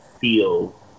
feel